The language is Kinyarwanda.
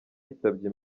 yitabye